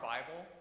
Bible